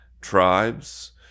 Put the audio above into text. tribes